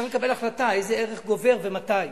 צריך לקבל החלטה איזה ערך גובר ומתי.